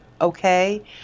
okay